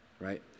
right